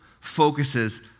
focuses